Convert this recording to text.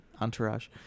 Entourage